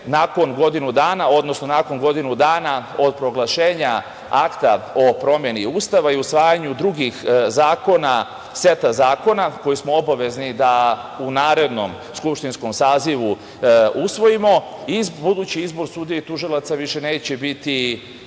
nakon godinu dana, odnosno nakon godinu dana od proglašenja akta o promeni Ustava i usvajanju drugih zakona, seta zakona, koje smo obavezni da u narednom skupštinskom sazivu usvojimo, budući izbor sudija i tužilaca više neće biti